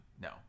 No